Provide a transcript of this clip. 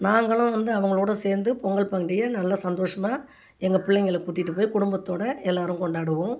நாங்களும் வந்து அவங்களோட சேர்ந்து பொங்கல் பண்டிகையை நல்லா சந்தோஷமாக எங்கள் பிள்ளைங்கள கூட்டிட்டு போய் குடும்பத்தோடு எல்லோரும் கொண்டாடுவோம்